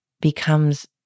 becomes